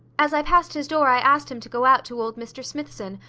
as i passed his door, i asked him to go out to old mr smithson,